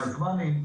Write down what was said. בין הזמנים,